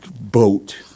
boat